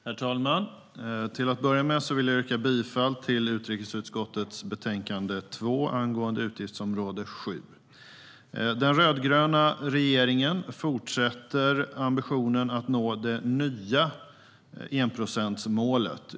Herr talman! Till att börja med vill jag yrka bifall till utrikesutskottets förslag till beslut i betänkande 2 under utgiftsområde 7. Den rödgröna regeringen fortsätter ambitionen att nå det nya enprocentsmålet.